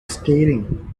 scathing